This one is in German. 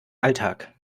alltag